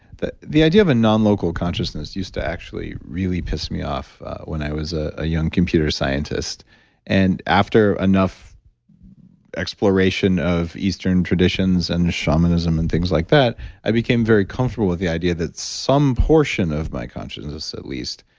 the the idea of a non-local consciousness used to actually really piss me off when i was ah a young computer scientist and after enough exploration of eastern traditions and shamanism and things like that, i became very comfortable with the idea that some portion of my consciousness, at least,